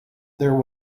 there